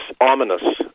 ominous